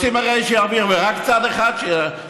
רוצים שרק צד אחד ירוויח,